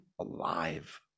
alive